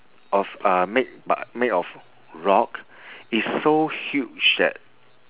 of uh made bu~ made of rock it's so huge that